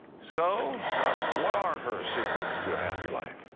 so what are her secrets to a happy life?